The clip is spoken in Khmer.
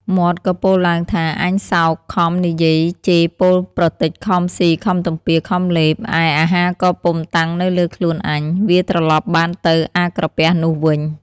មាត់ក៏ពោលឡើង ថា អញសោតខំនិយាយជេរពោលប្រទេច ខំស៊ី ខំទំពា ខំលេប ឯអាហារក៏ពុំ តាំងនៅលើខ្លួនអញ វាត្រឡប់បានទៅអាក្រពះនោះវិញ។